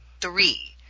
three